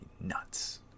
Nuts